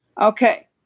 okay